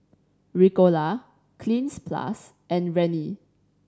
Ricola Cleanz Plus and Rene